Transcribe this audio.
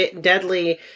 deadly